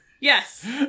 Yes